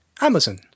Amazon